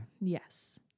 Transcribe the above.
Yes